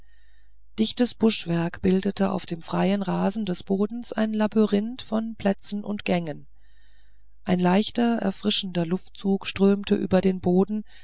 dichtes buschwerk bildete auf dem freien rasen des bodens ein labyrinth von plätzen und gängen ein leichter erfrischender luftzug strömte über den boden